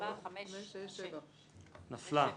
7 נמנעים,